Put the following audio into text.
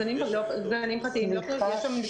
גנים פרטיים לא פטורים.